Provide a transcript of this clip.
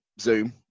Zoom